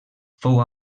fou